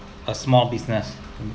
a small business